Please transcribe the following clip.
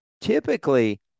typically